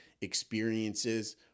experiences